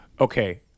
Okay